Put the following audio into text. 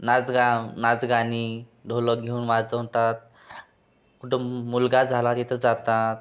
नाच गा नाच गाणी ढोलक घेऊन वाजवतात कुठं मु मुलगा झाला तिथं जातात